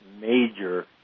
major